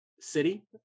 City